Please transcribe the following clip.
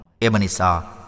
Emanisa